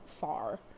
far